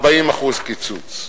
40% קיצוץ.